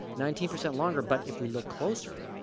nineteen percent longer, but if we look closer,